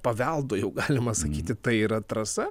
paveldo jau galima sakyti tai yra trasa